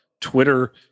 Twitter